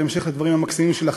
בהמשך לדברים המקסימים שלך,